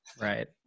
Right